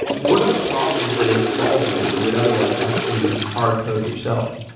what are the problems that its solving that you would otherwise have to hardcode yourself?